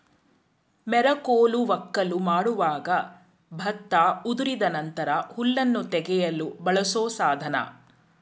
ಮೆರಕೋಲು ವಕ್ಕಲು ಮಾಡುವಾಗ ಭತ್ತ ಉದುರಿದ ನಂತರ ಹುಲ್ಲನ್ನು ತೆಗೆಯಲು ಬಳಸೋ ಸಾಧನ